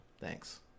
Thanks